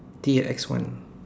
T A X one